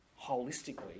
holistically